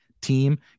team